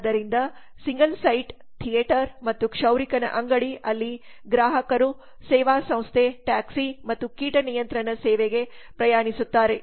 ಆದ್ದರಿಂದ single site theatre ಮತ್ತು ಕ್ಷೌರಿಕನ ಅಂಗಡಿ ಅಲ್ಲಿ ಗ್ರಾಹಕರು ಸೇವಾ ಸಂಸ್ಥೆ ಟ್ಯಾಕ್ಸಿಮತ್ತು ಕೀಟ ನಿಯಂತ್ರಣ ಸೇವೆಗೆ ಪ್ರಯಾಣಿಸುತ್ತಾರೆ